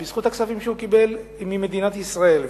בזכות הכספים שהוא קיבל ממדינת ישראל,